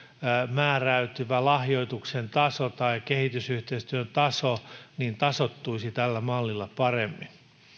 määräytyvä lahjoituksen taso tai kehitysyhteistyön taso tasoittuisi tällä mallilla paremmin